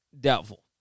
Doubtful